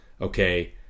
Okay